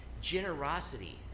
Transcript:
generosity